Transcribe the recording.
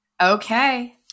okay